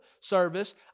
service